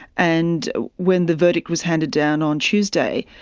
and when the verdict was handed down on tuesday,